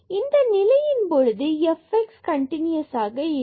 எனவே இந்த நிலையின் பொழுது fx கண்டினுயஸ் இல்லை